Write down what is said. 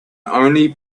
only